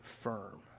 firm